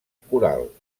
coral